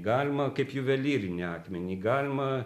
galima kaip juvelyrinį akmenį galima